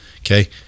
Okay